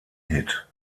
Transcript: hit